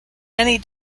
many